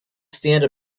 stand